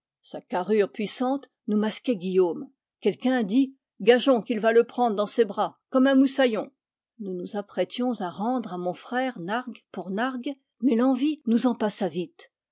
sa carrure puissante nous masquait guillaume quelqu'un dit gageons qu'il va le prendre dans ses bras comme un moussaillon nous nous apprêtions à rendre à mon frère nargue pour nargue mais l'envie nous en passa vite